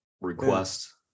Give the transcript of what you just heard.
request